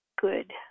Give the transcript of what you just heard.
good